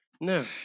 No